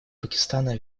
пакистана